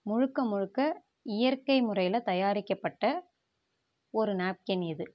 முழுக்க முழுக்க இயற்கை முறையில் தயாரிக்கப்பட்ட ஒரு நாப்கின் இது